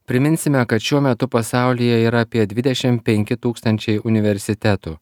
priminsime kad šiuo metu pasaulyje yra apie dvidešimt penki tūkstančiai universitetų